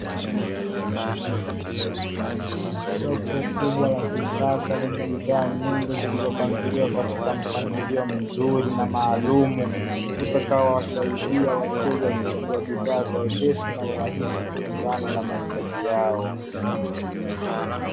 Soko kubwa la kisasa lenye bidhaa nyingi, zilizopangiliwa katika mpangilio mzuri na maalumu, utakaowasaidia wateja kuchaguwa bidhaa kwa wepesi na urahisi kulingana na mahitaji yao.